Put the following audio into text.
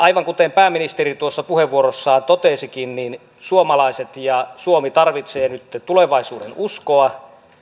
aivan kuten pääministeri puheenvuorossaan totesikin suomalaiset ja suomi tarvitsee nytten tulevaisuudenuskoa